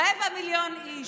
רבע מיליון איש.